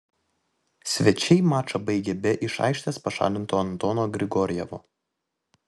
svečiai mačą baigė be iš aikštės pašalinto antono grigorjevo